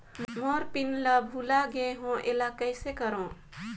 मोर pin ला भुला गे हो एला कइसे करो?